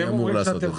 לעשות את זה?